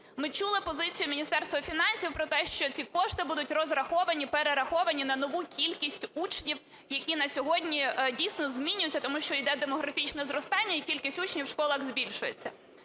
Ми чули позицію Міністерства фінансів про те, що ці кошти будуть розраховані, перераховані на нову кількість учнів, які на сьогодні дійсно змінюються, тому що йде демографічне зростання і кількість учнів в школах збільшується.